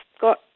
got